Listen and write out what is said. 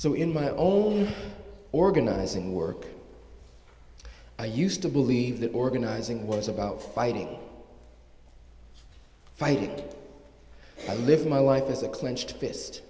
so in my own organizing work i used to believe that organizing was about fighting fighting i live my life as a clenched fist